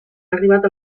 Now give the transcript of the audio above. arribat